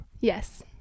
Yes